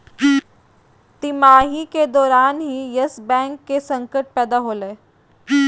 तिमाही के दौरान ही यस बैंक के संकट पैदा होलय